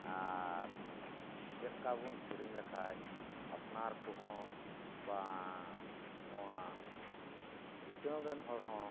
ᱟᱨ ᱪᱮᱫ ᱞᱮᱠᱟ ᱵᱚᱱ ᱥᱮᱨᱮᱧ ᱞᱮᱠᱷᱟᱱ ᱟᱯᱱᱟᱨ ᱠᱚᱦᱚᱸ ᱵᱟ ᱱᱚᱣᱟ ᱫᱤᱥᱚᱢ ᱨᱮᱱ ᱦᱚᱲ ᱦᱚᱸ